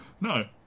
no